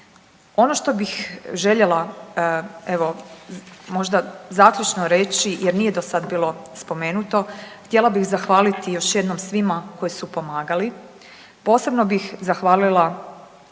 Ono što bih željela evo možda zaključno reći, jer nije do sad bilo spomenuto. Htjela bih zahvaliti još jednom svima koji su pomagali. Posebno bih zahvalila